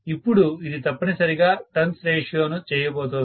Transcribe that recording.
ఇప్పుడు ఇది తప్పనిసరిగా టర్న్ రేషియోను చేయబోతోంది